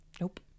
Nope